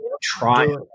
Try